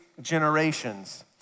generations